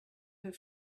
her